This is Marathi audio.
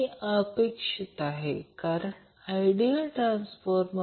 तर ते 6 126 12 असेल म्हणून हे 4 मायक्रोफॅरड असेल